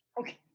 Okay